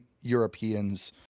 europeans